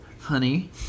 honey